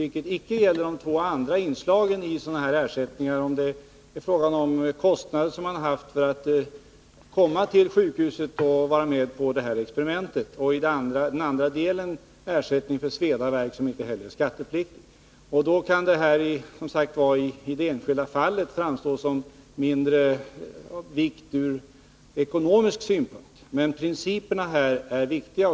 Det gäller inte för de två andra inslagen i ersättningen för medicinska experiment — kostnader för att komma till sjukhuset och vara med på experimentet i fråga eller ersättning för sveda och värk. Ingen av dessa två ersättningar är skattepliktig. I det enskilda fallet kan det alltså framstå som om skatten är av mindre vikt ur ekonomisk synpunkt. Men principerna är viktiga.